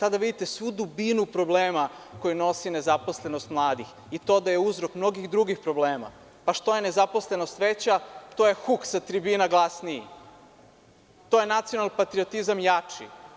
Tada vidite svu dubinu problema koji nosi nezaposlenost mladih i to da je uzrok mnogih drugih problema, pa što je nezaposlenost veća, to je huk sa tribina glasniji, to je nacional-patriotizam jači.